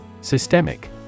Systemic